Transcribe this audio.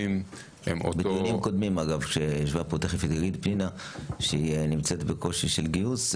בדיונים קודמים אמרה פנינה שהיא נמצאת בקושי של גיוס.